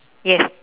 yes